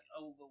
over